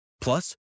Plus